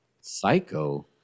Psycho